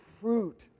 fruit